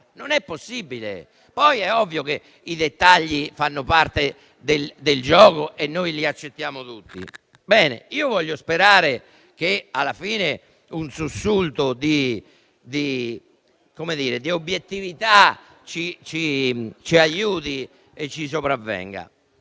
non è possibile. Poi è ovvio che i dettagli fanno parte del gioco e noi li accettiamo tutti. Io voglio sperare che alla fine un sussulto di obiettività sopravvenga